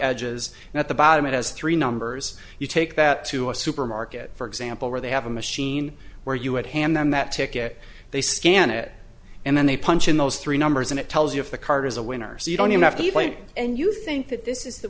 edges and at the bottom it has three numbers you take that to a supermarket for example where they have a machine where you would hand them that ticket they scan it and then they punch in those three numbers and it tells you if the card is a winner so you don't have to be playing and you think that this is the